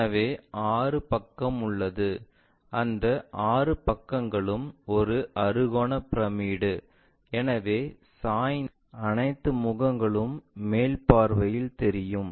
எனவே 6 பக்கம் உள்ளது அந்த 6 பக்கங்களும் ஒரு அறுகோண பிரமிடு எனவே சாய்ந்த அனைத்து முகங்களும் மேல் பார்வையில் தெரியும்